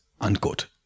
unquote